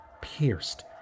pierced